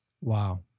Wow